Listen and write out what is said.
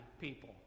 people